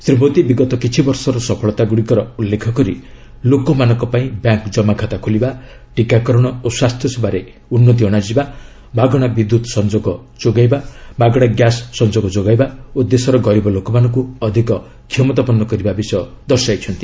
ଶ୍ରୀ ମୋଦୀ ବିଗତ କିଛିବର୍ଷର ସଫଳତାଗୁଡ଼ିକର ଉଲ୍ଲେଖ କରି ଲୋକମାନଙ୍କ ପାଇଁ ବ୍ୟାଙ୍କ ଜମାଖାତା ଖୋଲିବା ଟିକାକରଣ ଓ ସ୍ୱାସ୍ଥ୍ୟସେବାରେ ଉନ୍ନତି ଆଣିବା ମାଗଣା ବିଦ୍ୟୁତ୍ ସଂଯୋଗ ଯୋଗାଇବା ମାଗଣା ଗ୍ୟାସ୍ ସଂଯୋଗ ଯୋଗାଇବା ଓ ଦେଶର ଗରିବ ଲୋକମାନଙ୍କୁ ଅଧିକ କ୍ଷମତାପନ୍ନ କରିବା ବିଷୟ ଦର୍ଶାଇଛନ୍ତି